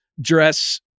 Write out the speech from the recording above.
dress